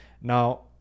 Now